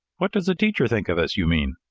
what does the teacher think of us, you mean?